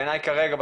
בעיניי כרגע,